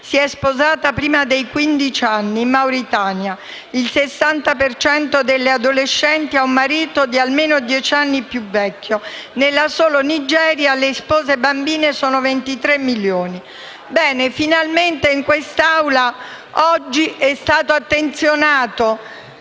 si è sposata prima dei quindici anni. In Mauritania, il 60 per cento delle adolescenti ha un marito di almeno dieci anni più vecchio. Nella sola Nigeria le spose bambine sono 23 milioni. Bene, finalmente in quest'Aula oggi è stato attenzionato